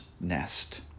nest